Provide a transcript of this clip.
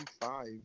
five